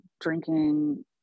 drinking